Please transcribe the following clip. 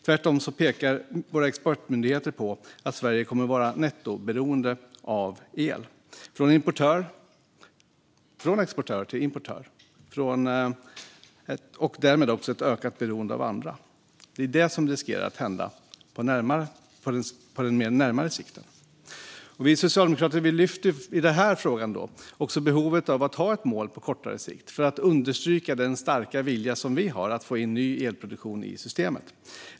Tvärtom pekar våra expertmyndigheter på att Sverige kommer att vara nettoberoende av el - från exportör till importör - och därmed också ha ett ökat beroende av andra. Det är det som riskerar att hända på närmare sikt. Vi socialdemokrater lyfter i den här frågan upp behovet av att ha ett mål på kortare sikt för att understryka den starka vilja vi har att få in ny elproduktion i systemet.